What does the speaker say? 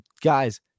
guys